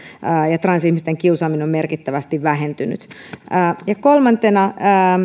ja transihmisten kiusaaminen on merkittävästi vähentynyt kolmantena